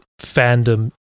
fandom